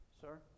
Sir